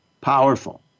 powerful